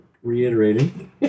Reiterating